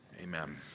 Amen